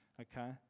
Okay